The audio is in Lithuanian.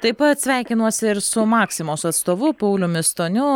taip pat sveikinuosi ir su maksimos atstovu pauliumi stoniu